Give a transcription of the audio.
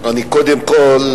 קודם כול,